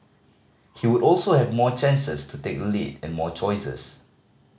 he would also have more chances to take the lead and more choices